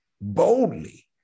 boldly